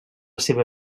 seva